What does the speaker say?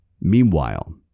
Meanwhile